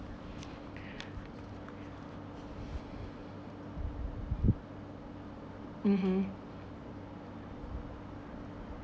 (uh huh)